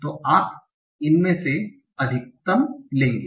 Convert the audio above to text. तो आप इनमें से अधिकतम लेंगे